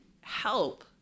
help